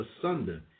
asunder